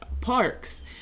parks